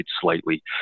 slightly